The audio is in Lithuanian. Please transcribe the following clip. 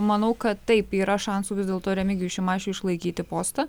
manau kad taip yra šansų vis dėlto remigijui šimašiui išlaikyti postą